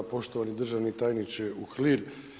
Poštovani državni tajniče Uhlir.